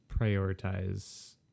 prioritize